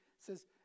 says